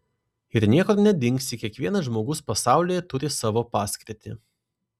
ir niekur nedingsi kiekvienas žmogus pasaulyje turi savo paskirtį